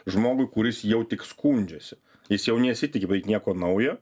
žmogui kuris jau tik skundžiasi jis jau nesitiki nieko naujo